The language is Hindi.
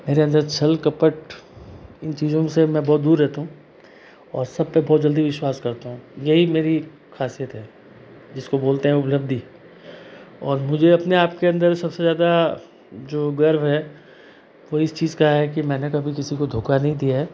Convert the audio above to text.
मेरे अंदर छल कपट इन चीज़ों से मैं बहुत दूर रहता हूँ और सब पे बहुत जल्दी विश्वास करता हूँ यही मेरी खासियत है जिसको बोलते हैं उपलब्धि और मुझे अपने आपके अंदर सबसे ज़्यादा जो गर्व है वो इस चीज़ का है कि मैंने कभी किसी को धोका नहीं दिया है